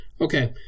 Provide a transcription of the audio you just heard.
okay